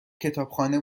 کتابخانه